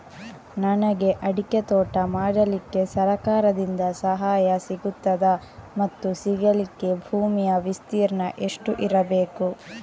ನನಗೆ ಅಡಿಕೆ ತೋಟ ಮಾಡಲಿಕ್ಕೆ ಸರಕಾರದಿಂದ ಸಹಾಯ ಸಿಗುತ್ತದಾ ಮತ್ತು ಸಿಗಲಿಕ್ಕೆ ಭೂಮಿಯ ವಿಸ್ತೀರ್ಣ ಎಷ್ಟು ಇರಬೇಕು?